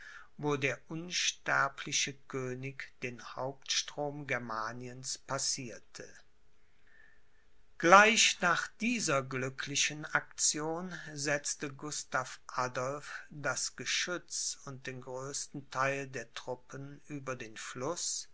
wo der unsterbliche könig den hauptstrom germaniens passierte gleich nach dieser glücklichen aktion setzte gustav adolph das geschütz und den größten theil der truppen über den fluß